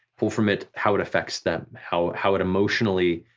pull from it how it affects them, how how it emotionally